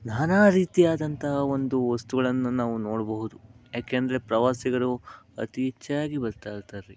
ನಾನಾ ರೀತಿಯಾದಂಥ ಒಂದು ವಸ್ತುಗಳನ್ನ ನಾವು ನೋಡಬಹುದು ಏಕೆಂದ್ರೆ ಪ್ರವಾಸಿಗರು ಅತೀ ಹೆಚ್ಚಾಗಿ ಬರ್ತಾಯಿರ್ತಾರ್ರಿ